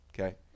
Okay